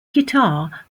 guitar